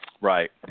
Right